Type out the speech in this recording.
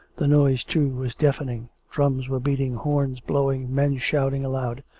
the noise, too, was deafening drums were beating, horns blowing, men shouting aloud.